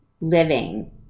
living